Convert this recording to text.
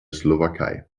slowakei